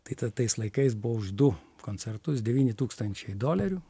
tai ta tais laikais buvo už du koncertus devyni tūkstančiai dolerių